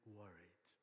worried